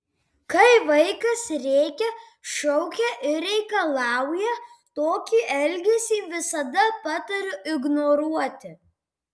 kai vaikas rėkia šaukia ir reikalauja tokį elgesį visada patariu ignoruoti